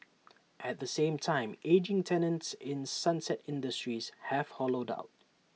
at the same time ageing tenants in sunset industries have hollowed out